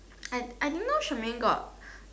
and I didn't know Shermaine got